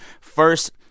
first